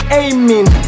aiming